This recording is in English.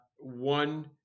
one